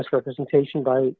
misrepresentation by